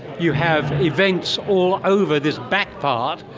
you have events all over this back part,